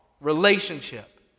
relationship